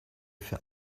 für